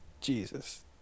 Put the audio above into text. Jesus